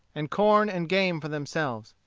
and corn and game for them selves.